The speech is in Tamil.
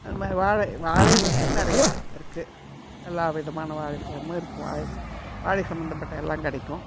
அதுமாதிரி வாழை வாழை வந்து நிறையா இருக்குது எல்லாவிதமான வாழைப்பழமும் இருக்குது வாழை வாழை சம்மந்தப்பட்ட எல்லாம் கிடைக்கும்